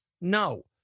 No